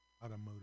automotive